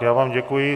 Já vám děkuji.